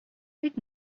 rick